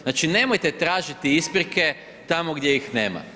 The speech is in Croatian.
Znači nemojte tražiti isprike tamo gdje ih nema.